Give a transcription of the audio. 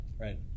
Right